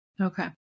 Okay